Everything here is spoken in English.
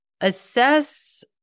assess